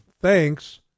thanks